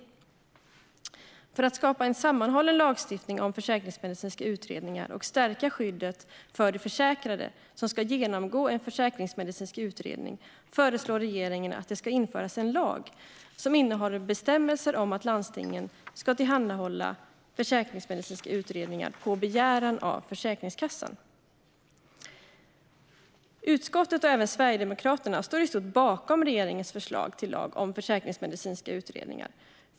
För att skapa en sammanhållen lagstiftning om försäkringsmedicinska utredningar och stärka skyddet för de försäkrade som ska genomgå en försäkringsmedicinsk utredning föreslår regeringen att det ska införas en lag som innehåller bestämmelser om att landstingen ska tillhandahålla försäkringsmedicinska utredningar på begäran av Försäkringskassan. Utskottet och även Sverigedemokraterna står i stort bakom regeringens förslag till lag om försäkringsmedicinska utredningar.